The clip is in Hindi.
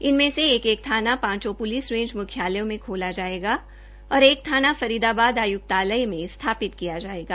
इनमे से एक एक थाना पांचों पुलिस रैंज मुख्यालयों में खोला जायेगा और एक थाना फरीदाबाद आयुक्तालय में स्थापित किया जायेगा